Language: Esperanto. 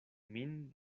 min